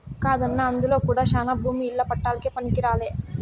కాదన్నా అందులో కూడా శానా భూమి ఇల్ల పట్టాలకే పనికిరాలే